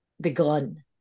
begun